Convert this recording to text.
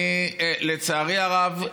לצערי הרב,